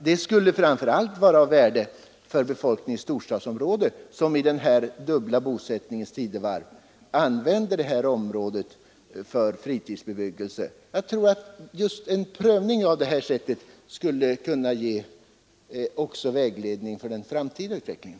Det skulle även vara av värde för befolkningen i storstadsområdet som i denna dubbla bosättningens tidevarv använder de här trakterna för fritidsbebyggelse. Jag tror också att ett sådant försök skulle kunna ge vägledning för den framtida utvecklingen.